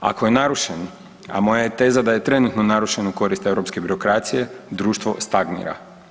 Ako je narušen, a moja je teza da je trenutno narušen u korist europske birokracije društvo stagnira.